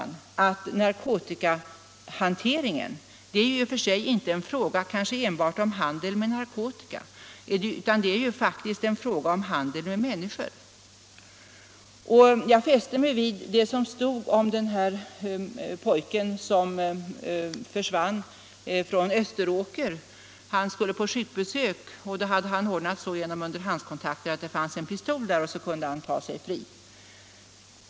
Narkotikahanteringen är, herr talman, inte enbart en handel med narkotika utan det är faktiskt en handel med människor. Jag fäste mig vid vad jag läste om den pojke som försvann från Österåker. Han skulle på sjukbesök, och han hade då genom underhandskontakter ordnat med att där fanns en pistol, och på det sättet kunde han ta sig fri.